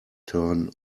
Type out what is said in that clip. turn